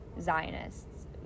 Zionists